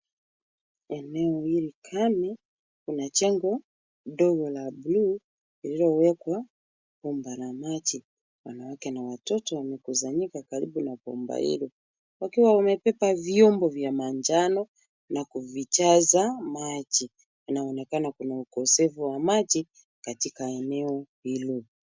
Eneo hili kame kuna jengo dogo la bluu lililowekwa bomba la maji. Wanawake na watoto wamekusanyika karibu na bomba hilo wakiwa wamebeba vyombo vya manjano na kuvijaza maji. Inaonekana kuna ukosefu wa maji katika eneo hilo.